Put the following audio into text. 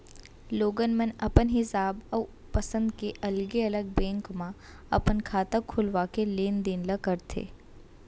लोगन मन अपन हिसाब अउ पंसद के अलगे अलग बेंक म अपन खाता खोलवा के लेन देन ल करथे